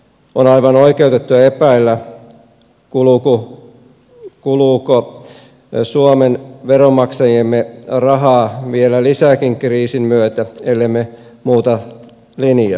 on aivan oikeutettua epäillä kuluuko suomen veronmaksajien rahaa vielä lisääkin kriisin myötä ellemme muuta linjaa